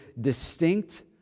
distinct